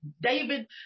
David